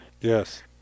Yes